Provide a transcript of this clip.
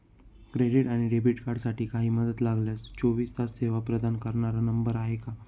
Credit आणि debit कार्डसाठी काही मदत लागल्यास चोवीस तास सेवा प्रदान करणारा नंबर आहे का?